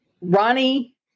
Ronnie